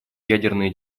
ядерные